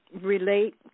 relate